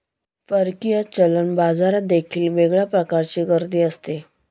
परकीय चलन बाजारात देखील वेगळ्या प्रकारची गर्दी असते